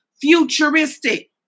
Futuristic